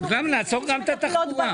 תודה.